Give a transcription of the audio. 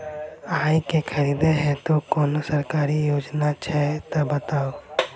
आइ केँ खरीदै हेतु कोनो सरकारी योजना छै तऽ बताउ?